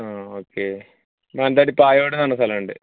ആ ഓക്കെ മാനന്തവാടി പായോട് എന്നു പറഞ്ഞ സ്ഥലമുണ്ട്